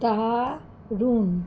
দারুণ